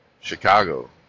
Chicago